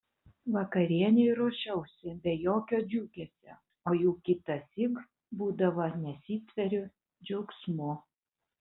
vakarienei ruošiausi be jokio džiugesio o juk kitąsyk būdavo nesitveriu džiaugsmu